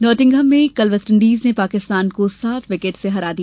Nottingham में कल West Indies ने पाकिस्तान को सात विकेट से हरा दिया